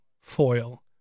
foil